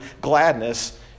gladness